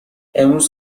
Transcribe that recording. امروز